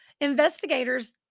Investigators